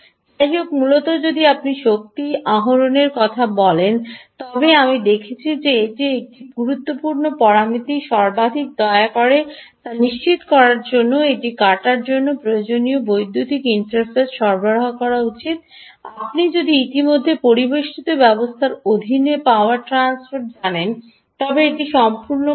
যাই হোক মূলত যদি আপনি শক্তি আহরণের কথা বলেন তবে আমি দেখছি যে এটির একটি গুরুত্বপূর্ণ পরামিতি সর্বাধিক দয়া করে তা নিশ্চিত করার জন্য এটি কাটার জন্য প্রয়োজনীয় বৈদ্যুতিন ইন্টারফেস সরবরাহ করা উচিত আপনি যদি ইতিমধ্যে পরিবেষ্টিত অবস্থার অধীনে পাওয়ার ট্রান্সফার জানেন তবে এটি সম্পূর্ণ করুন